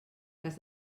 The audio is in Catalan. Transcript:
cas